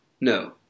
No